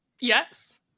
Yes